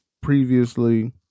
previously